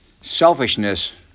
Selfishness